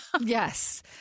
yes